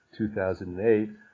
2008